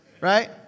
right